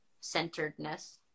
centeredness